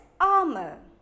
armor